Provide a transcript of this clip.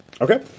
Okay